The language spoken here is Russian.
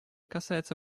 касается